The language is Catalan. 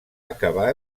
acabar